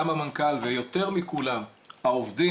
גם המנכ"ל ויותר מכולם העובדים,